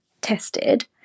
tested